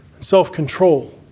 self-control